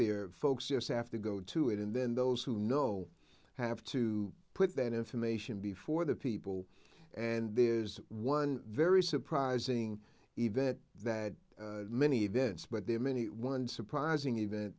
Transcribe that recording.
there folks just have to go to it and then those who know have to put that information before the people and there is one very surprising event that many events but there are many one surprising event